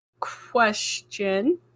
question